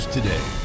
Today